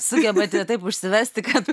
sugebate taip užsivesti kad